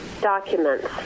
documents